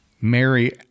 Mary